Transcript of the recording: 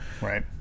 Right